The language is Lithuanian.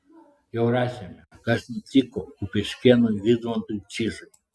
jau rašėme kas nutiko kupiškėnui vidmantui čižai